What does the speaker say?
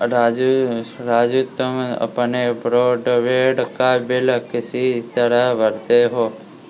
राजू तुम अपने ब्रॉडबैंड का बिल किस तरह भरते हो